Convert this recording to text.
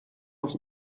nog